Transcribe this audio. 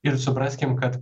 ir supraskim kad